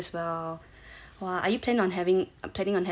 !wah! are you plan on having a planning on having a second one